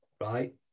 right